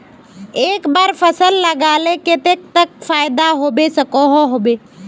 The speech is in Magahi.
एक बार फसल लगाले कतेक तक फायदा होबे सकोहो होबे?